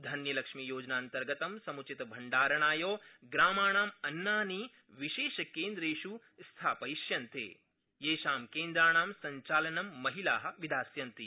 धन्यलक्ष्मीयोजनान्तर्गतं समंचितभण्डारणाय ग्रामाणामन्नानि विशेषकेन्द्रेष स्थापयिष्यन्ते येषां केन्द्राणां सब्चालनं महिला विधास्यन्ति